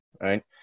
right